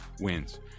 wins